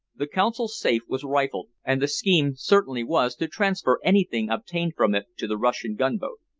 the consul's safe was rifled, and the scheme certainly was to transfer anything obtained from it to the russian gunboat.